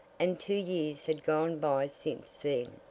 and two years had gone by since then,